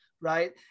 right